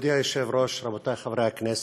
מכובדי היושב-ראש, רבותי חברי הכנסת,